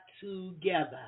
together